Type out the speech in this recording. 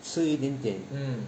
吃一点点